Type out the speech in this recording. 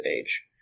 age